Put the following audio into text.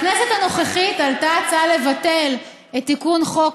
בכנסת הנוכחית עלתה הצעה לבטל את תיקון חוק